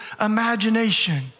imagination